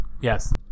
Yes